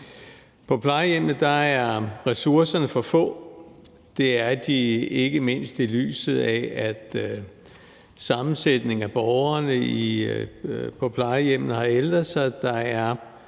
På plejehjemmene er ressourcerne for få, og det er de, ikke mindst i lyset af at sammensætningen af borgerne på plejehjemmene har ændret sig.